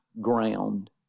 ground